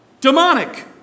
Demonic